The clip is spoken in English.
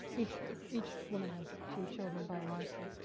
each each woman has two children by marston.